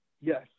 Yes